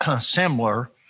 similar